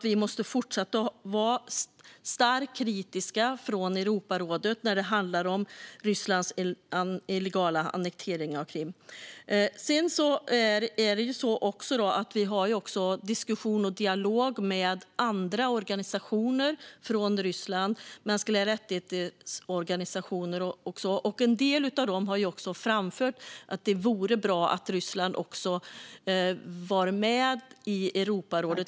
Vi måste fortsätta att vara starkt kritiska från Europarådets sida när det handlar om Rysslands illegala annektering av Krim. Vi för också diskussioner och dialog med andra organisationer i Ryssland, även människorättsorganisationer, och en del av dem har framfört att det vore bra om Ryssland också var med i Europarådet.